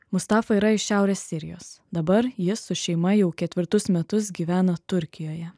mustafa yra iš šiaurės sirijos dabar jis su šeima jau ketvirtus metus gyvena turkijoje